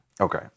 Okay